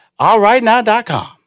allrightnow.com